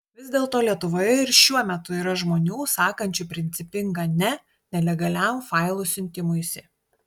vis dėlto lietuvoje ir šiuo metu yra žmonių sakančių principingą ne nelegaliam failų siuntimuisi